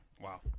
wow